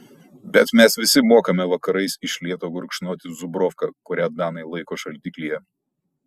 bet mes visi mokame vakarais iš lėto gurkšnoti zubrovką kurią danai laiko šaldiklyje